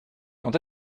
quand